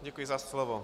Děkuji za slovo.